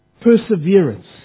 perseverance